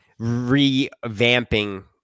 revamping